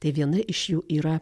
tai viena iš jų yra